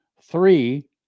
three